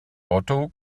otto